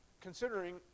considering